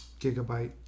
Gigabyte